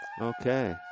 Okay